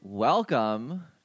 Welcome